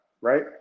Right